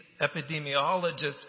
epidemiologists